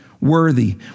worthy